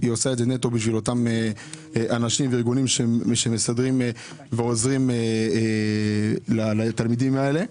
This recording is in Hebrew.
היא עושה את זה נטו בשביל אותם אנשים וארגונים שעוזרים לתלמידים האלה.